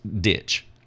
ditch